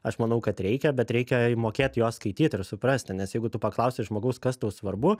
aš manau kad reikia bet reikia mokėt juos skaityt ir suprasti nes jeigu tu paklausi žmogaus kas tau svarbu